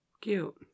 Cute